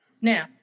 Now